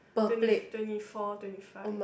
twenty twenty four twenty five